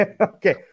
Okay